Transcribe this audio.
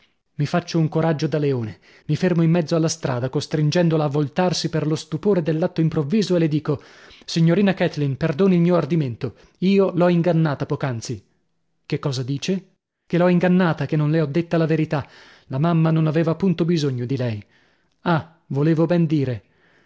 mi faccio un coraggio da leone mi fermo in mezzo alla strada costringendola a voltarsi per lo stupore dell'atto improvviso e le dico signorina kathleen perdoni il mio ardimento io l'ho ingannata poc'anzi che cosa dice che l'ho ingannata che non le ho detta la verità la mamma non aveva punto bisogno di lei ah volevo ben dire